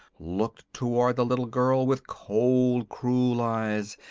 looked toward the little girl with cold, cruel eyes,